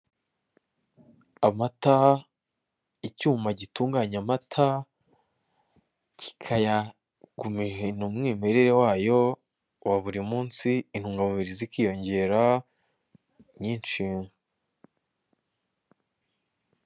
Amata, icyuma gitunganya amata kikayakumirira umwimerere wayo wa buri munsi, intungamubiri zikiyongera nyinshi.